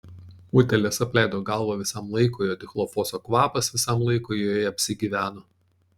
utėlės apleido galvą visam laikui o dichlofoso kvapas visam laikui joje apsigyveno